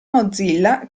mozilla